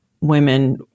women